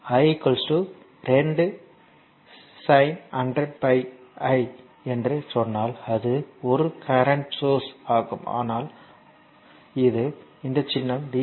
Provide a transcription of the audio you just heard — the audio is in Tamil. i 2 sin 100 pi என்று சொன்னால் அது ஒரு கரண்ட் சோர்ஸ் ஆகும் ஆனால் இது இந்த சின்னம் டி